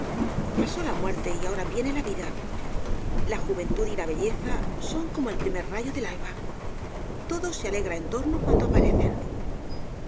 pasó la muerte y ahora viene la vida la juventud y la belleza son como el primer rayo del alba todo se alegra en torno cuando aparecen